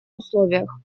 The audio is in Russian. условиях